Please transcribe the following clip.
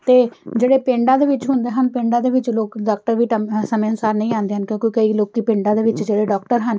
ਅਤੇ ਜਿਹੜੇ ਪਿੰਡਾਂ ਦੇ ਵਿੱਚ ਹੁੰਦੇ ਹਨ ਪਿੰਡਾਂ ਦੇ ਵਿੱਚ ਲੋਕ ਡਾਕਟਰ ਵੀ ਟਮ ਸਮੇਂ ਅਨੁਸਾਰ ਨਹੀਂ ਆਉਂਦੇ ਹਨ ਕਿਉਂਕਿ ਕਈ ਲੋਕ ਪਿੰਡਾਂ ਦੇ ਵਿੱਚ ਜਿਹੜੇ ਡਾਕਟਰ ਹਨ